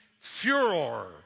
furor